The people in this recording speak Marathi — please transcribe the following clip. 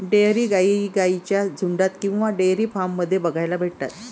डेयरी गाई गाईंच्या झुन्डात किंवा डेयरी फार्म मध्ये बघायला भेटतात